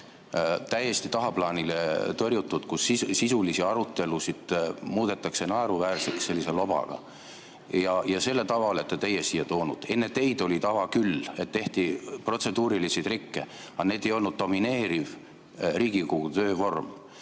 täiesti tagaplaanile tõrjutud. Sisulisi arutelusid muudetakse naeruväärseks sellise lobaga. Ja selle tava olete teie siia toonud. Enne teid oli tava küll, et tehti protseduurilisi trikke, aga need ei olnud domineeriv Riigikogu töövorm.